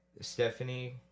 Stephanie